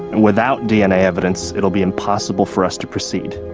and without dna evidence, it'll be impossible for us to proceed.